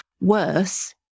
worse